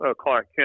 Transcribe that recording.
Clark